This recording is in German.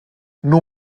nur